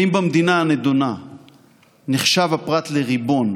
האם במדינה הנדונה נחשב הפרט לריבון,